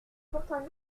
pourtant